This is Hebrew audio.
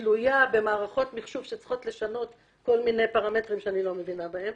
תלויה במערכות מחשוב שצריכות לשנות כל מיני פרמטרים שאני לא מבינה בהם,